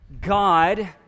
God—